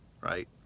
right